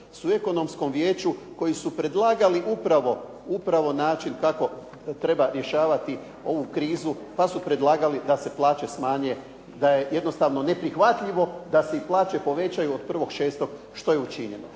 su u ekonomskom vijeću koji su predlagali upravo način kako treba rješavati ovu krizu pa su predlagali da se plaće smanje, da je jednostavno neprihvatljivo da se i plaće povećaju od 1.6. što je učinjeno.